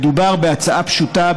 מדובר בהצעה פשוטה,